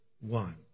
one